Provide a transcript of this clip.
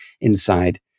inside